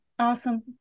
Awesome